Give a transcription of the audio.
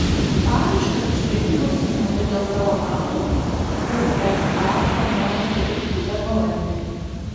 paraiškas iš prekybos įmonių dėl taromatų usa planuoja surinkti per balandį